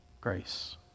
grace